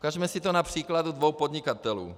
Ukažme si to na příkladu dvou podnikatelů.